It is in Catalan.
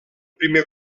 primer